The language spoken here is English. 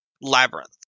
labyrinth